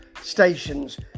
stations